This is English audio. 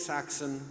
Saxon